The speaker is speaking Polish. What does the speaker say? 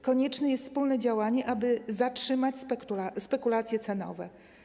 Konieczne jest wspólne działanie, aby zatrzymać spekulacje cenowe.